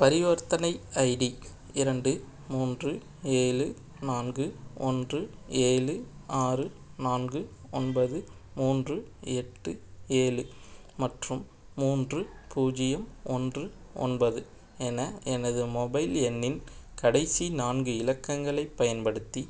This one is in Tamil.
பரிவர்த்தனை ஐடி இரண்டு மூன்று ஏழு நான்கு ஒன்று ஏழு ஆறு நான்கு ஒன்பது மூன்று எட்டு ஏழு மற்றும் மூன்று பூஜ்ஜியம் ஒன்று ஒன்பது என எனது மொபைல் எண்ணின் கடைசி நான்கு இலக்கங்களைப் பயன்படுத்தி